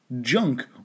Junk